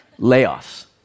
Layoffs